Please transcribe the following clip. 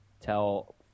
tell